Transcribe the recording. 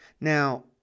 Now